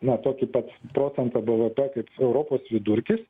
nuo tokio pat procento bvp kaip europos vidurkis